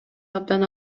абдан